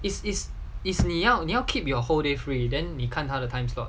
is is is 你要你要 keep your whole day free then 你看他的 time slot